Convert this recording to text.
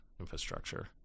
infrastructure